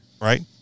right